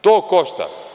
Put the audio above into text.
To košta.